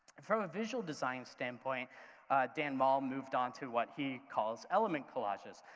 and from a visual design standpoint dan moll moved on to what he calls element collages,